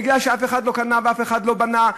בגלל שאף אחד לא קנה ואף אחד לא בנה,